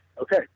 okay